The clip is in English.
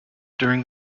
during